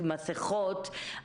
מסכות,